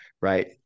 right